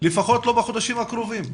לפחות בחודשים הקרובים.